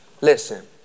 Listen